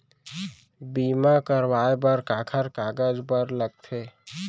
बीमा कराय बर काखर कागज बर लगथे?